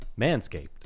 Manscaped